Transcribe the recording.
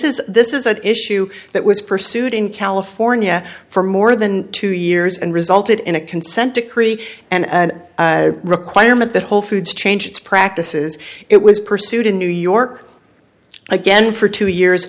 is this is an issue that was pursued in california for more than two years and resulted in a consent decree and a requirement that whole foods change its practices it was pursued in new york again for two years